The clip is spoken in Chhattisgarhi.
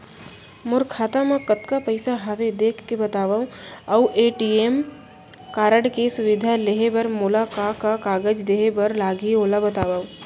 मोर खाता मा कतका पइसा हवये देख के बतावव अऊ ए.टी.एम कारड के सुविधा लेहे बर मोला का का कागज देहे बर लागही ओला बतावव?